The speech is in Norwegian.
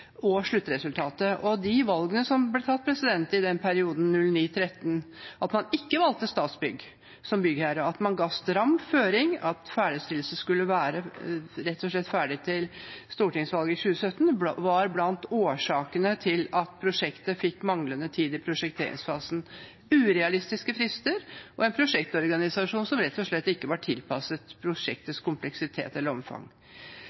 og sluttresultatet. De valgene som ble tatt i perioden 2009–2013, at man ikke valgte Statsbygg som byggherre, og at man ga stram føring om at ferdigstillelse rett og slett skulle være til stortingsvalget 2017, var blant årsakene til at prosjektet manglet tid i prosjekteringsfasen, hadde urealistiske frister og en prosjektorganisasjon som rett og slett ikke var tilpasset prosjektets kompleksitet eller omfang.